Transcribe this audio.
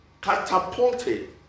catapulted